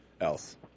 else